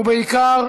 ובעיקר,